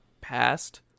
past